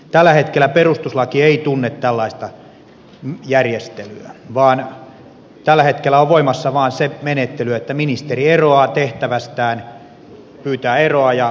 tällä hetkellä perustuslaki ei tunne tällaista järjestelyä vaan tällä hetkellä on voimassa vaan se menettely että ministeri eroaa tehtävästään pyytää eroa ja presidentti myöntää hänelle eron